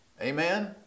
Amen